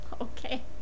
Okay